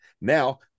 Now